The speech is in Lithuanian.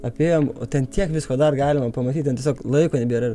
apėjom o ten tiek visko dar galima pamatyt ten tiesiog laiko nebėra